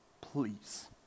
please